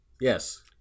Yes